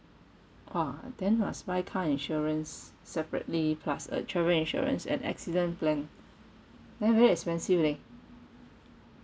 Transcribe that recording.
!wah! then must buy car insurance se~ separately plus a travel insurance and accident plan then very expensive leh